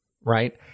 right